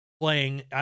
playing